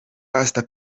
pastor